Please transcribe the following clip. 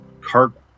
cargo